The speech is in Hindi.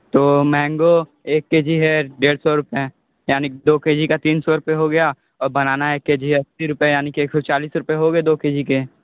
तो मैंगो एक के जी है डेढ़ सौ रुपए यानि की दो के जी का तीन सौ रुपए हो गया और बनाना एक जी है अस्सी रुपए यानी के एक सौ चालिस रुपए हो गए दो के जी के